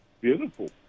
beautiful